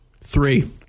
Three